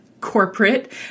corporate